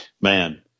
Man